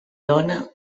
dona